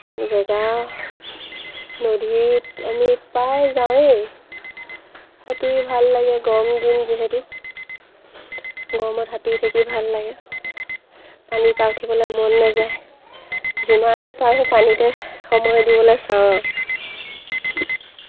জেগা নদীত আমি প্ৰায় যাওঁৱেই সাঁতুৰি ভাল লাগে গৰম দিন যিহেতু গৰমত সাঁতুৰি থাকি ভাল লাগে পানী পৰা উঠিবলৈ মন নেযায় যিমান পাৰোঁ পানীতে সময় দিবলৈ চাওঁ আৰু